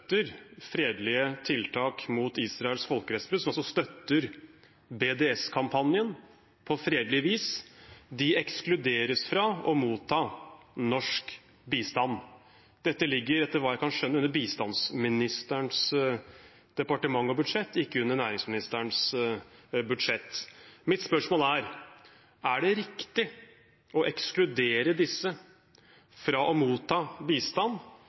fredelige tiltak mot Israels folkerettsbrudd, som støtter BDS-kampanjen på fredelig vis. De ekskluderes fra å motta norsk bistand. Dette ligger, etter hva jeg kan skjønne, under bistandsministerens departement og budsjett, ikke under næringsministerens budsjett. Mitt spørsmål er: Er det riktig å ekskludere disse fra å motta bistand